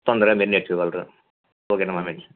తొందరగా మీరు నేర్చుకోగలరు ఓకే అమ్మ